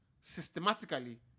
systematically